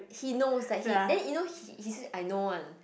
he knows that he then he he says I know one